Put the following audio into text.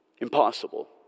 Impossible